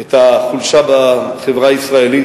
את החולשה בחברה הישראלית,